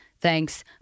Thanks